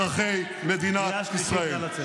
לכל אזרחי מדינת ישראל.